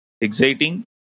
exciting